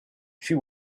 she